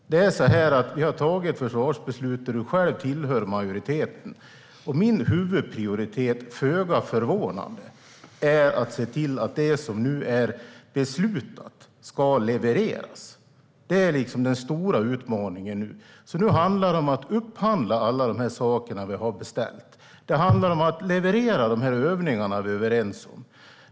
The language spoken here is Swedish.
Vi har fattat ett försvarsbeslut där du själv tillhör majoriteten. Min huvudprioritet är, föga förvånande, att se till att det som nu är beslutat ska levereras. Det är den stora utmaningen. Nu handlar det om att upphandla alla de saker vi har bestämt. Det handlar om att leverera de övningar vi är överens om.